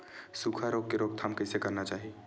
सुखा रोग के रोकथाम कइसे करना चाही?